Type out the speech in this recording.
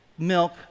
milk